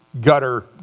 gutter